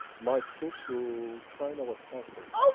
my trip to china was cancelled,